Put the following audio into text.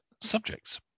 subjects